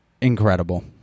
incredible